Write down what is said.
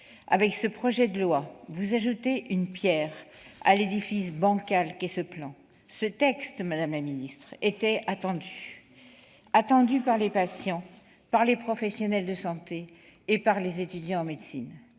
Avec ce projet de loi, vous ajoutez une pierre à l'édifice bancal qu'est ce plan. Madame la ministre, ce texte était attendu par les patients, par les professionnels de santé et par les étudiants en médecine,